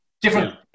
Different